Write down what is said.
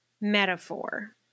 metaphor